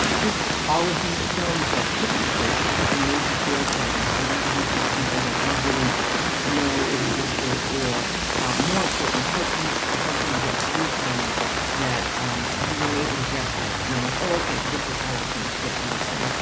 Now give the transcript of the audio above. just all of these films that took you places and made you feel things and introduce you to people that you didn't know existed or more important, help you potentially get through things that um you weren't able to get through. and i'm like, okay, this is how i can get through this thing.